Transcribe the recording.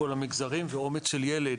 כל המגזרים ואומץ של ילד,